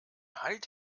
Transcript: halt